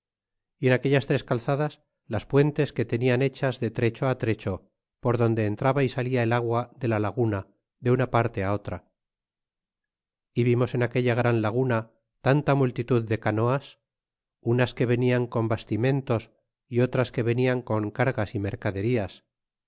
y en aquellas tres calzadas las puentes que tenían hechas de trecho á trecho por donde entraba y salia el agua de la laguna de una parte otra é vimos en aquella gran laguna tanta multitud de canoas unas que venian con bastimentos y otras que venian con cargas í mercaderías